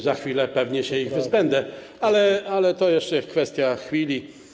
Za chwilę pewnie się ich wyzbędę, ale to jeszcze kwestia chwili.